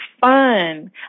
fun